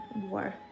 war